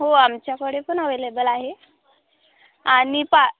हो आमच्याकडे पण अवेलेबल आहे आणि पा